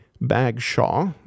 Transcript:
Bagshaw